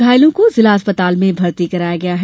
घायलों को जिला अस्पता में भर्ती कराया गया है